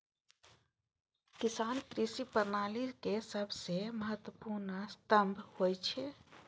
किसान कृषि प्रणाली के सबसं महत्वपूर्ण स्तंभ होइ छै